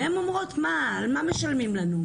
והן אומרות מה, על מה משלמים לנו?